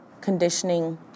conditioning